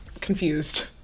confused